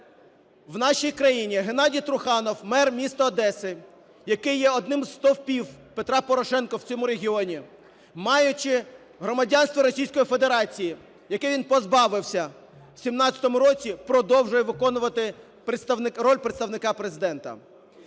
в нашій країні ГеннадійТруханов, мер міста Одеси, який є одним зі стовпів Петра Порошенка в цьому регіоні, маючи громадянство Російської Федерації, якого він позбавився в 17-му році, продовжує виконувати роль представника Президента.